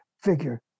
figure